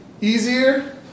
Easier